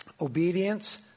obedience